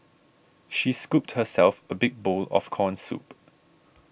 she scooped herself a big bowl of Corn Soup